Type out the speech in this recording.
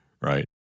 right